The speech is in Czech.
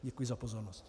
Děkuji za pozornost.